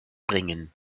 bringen